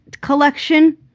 collection